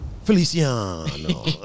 Feliciano